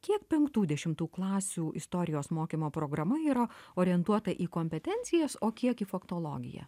kiek penktų dešimtų klasių istorijos mokymo programa yra orientuota į kompetencijas o kiek į faktologiją